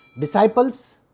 disciples